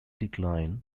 decline